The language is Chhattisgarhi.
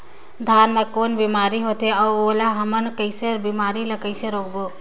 धान मा कौन बीमारी होथे अउ ओला हमन कइसे बीमारी ला कइसे रोकबो?